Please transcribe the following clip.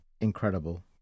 incredible